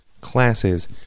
classes